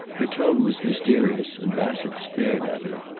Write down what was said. her tone was mysterious, and bassett stared at her.